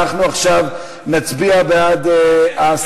אנחנו עכשיו נצביע בעד,